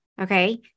Okay